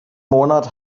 monat